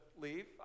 leave